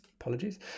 apologies